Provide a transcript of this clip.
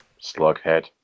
Slughead